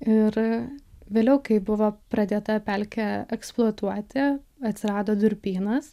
ir vėliau kai buvo pradėta pelkė eksploatuoti atsirado durpynas